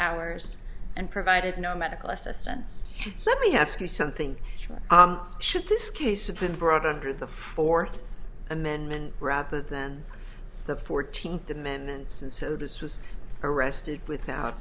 hours and provided no medical assistance let me ask you something should this case of been brought under the fourth amendment rather than the fourteenth amendment's and so this was arrested without